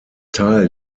teil